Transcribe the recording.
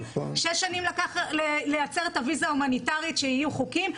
שש שנים לקח לייצר את הוויזה ההומניטארית כדי שיהיו חוקיים.